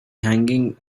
hanging